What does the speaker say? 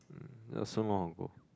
that's so long ago